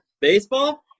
Baseball